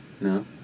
No